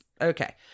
Okay